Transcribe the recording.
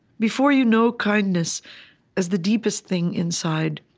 before you know kindness as the deepest thing inside,